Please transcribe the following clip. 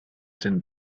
den